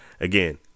Again